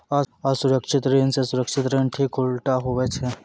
असुरक्षित ऋण से सुरक्षित ऋण ठीक उल्टा हुवै छै